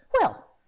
Well